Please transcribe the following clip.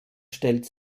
stellt